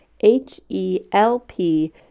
H-E-L-P